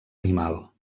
animal